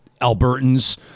Albertans